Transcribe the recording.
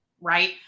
Right